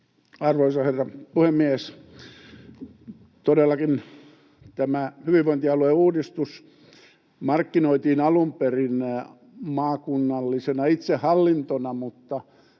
Arvoisa herra puhemies! Todellakin tämä hyvinvointialueuudistus markkinoitiin alun perin maakunnallisena itsehallintona, mutta